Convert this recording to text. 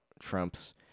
Trump's